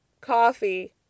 coffee